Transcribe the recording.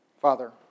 Father